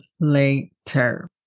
later